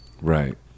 Right